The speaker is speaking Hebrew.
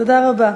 תודה רבה.